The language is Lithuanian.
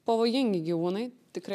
pavojingi gyvūnai tikrai